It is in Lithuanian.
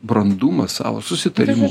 brandumą savo susitarimų